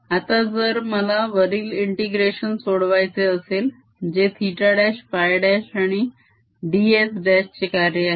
आता जर मला वरील integration सोडवायचे असेल जे θ' φ' आणि ds' चे कार्य आहे